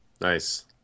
Nice